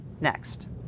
next